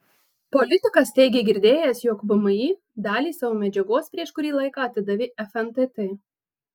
politikas teigė girdėjęs jog vmi dalį savo medžiagos prieš kurį laiką atidavė fntt